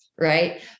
right